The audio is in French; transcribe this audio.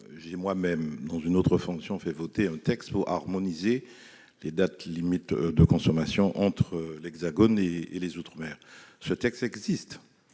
J'ai moi-même, dans une autre fonction, fait voter un texte visant à harmoniser les dates limites de consommation entre l'Hexagone et les outre-mer. Le texte existe